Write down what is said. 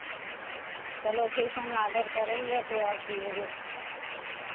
चलो ठीक हम ऑर्डर करेंगे तो आप भेजो